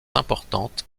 importante